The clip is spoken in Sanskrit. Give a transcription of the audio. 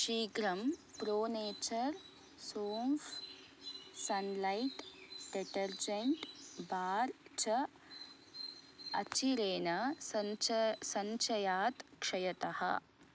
शीघ्रं प्रोनेचर् सोम्फ् सण्लैट् डिटर्जेण्ट् बार् च अचिरेण सञ्च सञ्चयात् क्षयतः